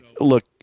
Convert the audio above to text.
look